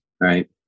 right